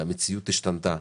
שהמציאות השתנתה,